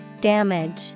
Damage